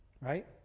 Right